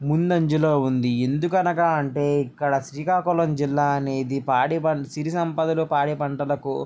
ముందంజులో ఉంది ఎందుకనగా అంటే ఇక్కడ శ్రీకాకులం జిల్లా అనేది పాడిపంట సిరిసంపదలు పాడిపంటలకు